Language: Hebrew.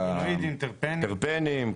טרפנים.